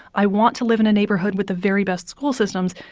i want to live in a neighborhood with the very best school systems.